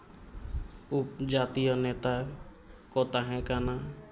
ᱩᱯ ᱡᱟᱹᱛᱤᱭᱚ ᱱᱮᱛᱟ ᱠᱚ ᱛᱟᱦᱮᱸ ᱠᱟᱱᱟ